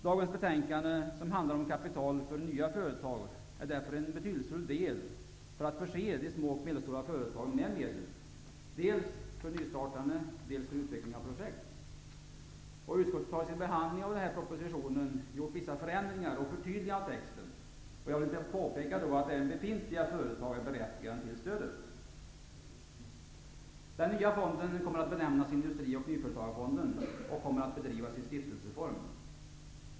Dagens betänkande om kapital till nya företag är därför en betydelsefull del i strävandena att förse små och medelstora företag med medel, dels för nystartande, dels för utveckling av projekt. Utskottet har i sin behandling av propositionen gjort vissa förändringar och förtydliganden av texten. Jag vill påpeka att även befintliga företag är berättigade till stödet. Den nya fonden kommer att benämnas Industrioch nyföretagarfonden och kommer att bedrivas i stiftelseform.